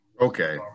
Okay